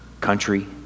country